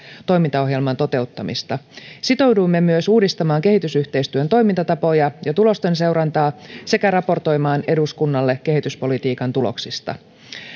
toimintaohjelman toteuttamista sitouduimme myös uudistamaan kehitysyhteistyön toimintatapoja ja tulosten seurantaa sekä raportoimaan eduskunnan kehityspolitiikan tuloksista